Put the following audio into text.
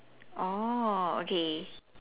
orh okay